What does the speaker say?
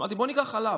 אמרתי: בואו ניקח חלב.